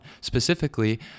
specifically